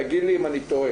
תגיד לי אם אני טועה.